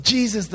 Jesus